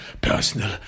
personal